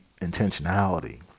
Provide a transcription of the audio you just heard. intentionality